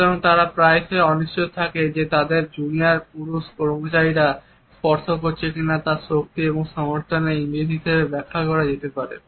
সুতরাং তারা প্রায়শই অনিশ্চিত থাকে যে তারা তাদের জুনিয়র পুরুষ কর্মচারীদের স্পর্শ করছে কিনা তা শক্তি এবং সমর্থনের ইঙ্গিত হিসাবে ব্যাখ্যা করা যেতে পারে